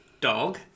Dog